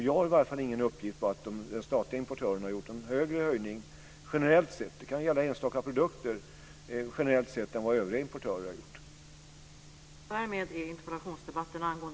Jag har i varje fall ingen uppgift om att den statliga importören generellt sett har gjort en större höjning - det kan gälla enstaka produkter - än vad övriga importörer har gjort.